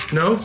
no